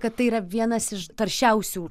kad tai yra vienas iš taršiausių